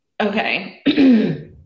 okay